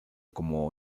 como